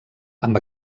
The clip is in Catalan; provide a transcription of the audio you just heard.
amb